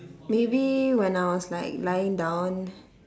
maybe when I was like lying down